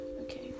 okay